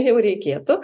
jau reikėtų